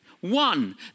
One